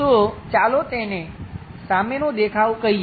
તો ચાલો તેને સામેનો દેખાવ કહીએ